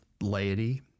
laity